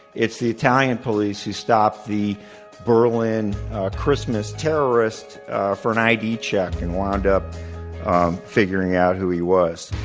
it's the italian police who stopped the berlin christmas terrorists for an id check and wound up figuring out who he was.